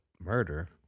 murder